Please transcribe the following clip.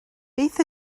beth